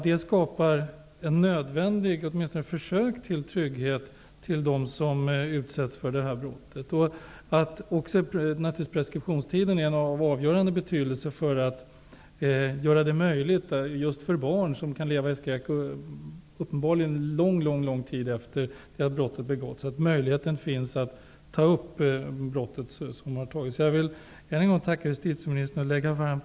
Det skulle därmed skapas ett försök till trygghet för dem som utsätts för ett sådant brott, vilket är nödvändigt. Preskriptionstidens längd är naturligtvis också av avgörande betydelse för att göra det möjligt för barn -- som kan leva i skräck under mycket lång tid efter det att brottet har begåtts -- att ta upp brottet. Jag vill än en gång tacka justitieministern.